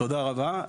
תודה רבה.